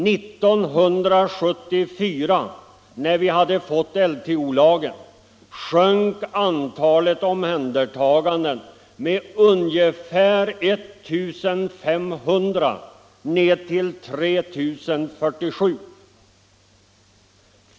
1974, när vi hade fått LTO, sjönk antalet omhändertaganden med ungefär 1500 ned till 3 047.